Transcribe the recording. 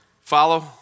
Follow